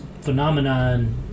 phenomenon